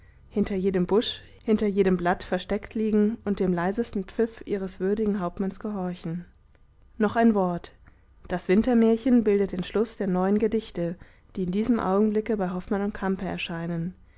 hinter jedem busch hinter jedem blatt versteckt liegen und dem leisesten pfiff ihres würdigen hauptmanns gehorchen noch ein wort das wintermärchen bildet den schluß der neuen gedichte die in diesem augenblick bei hoffmann und campe erscheinen